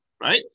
right